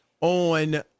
on